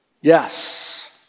Yes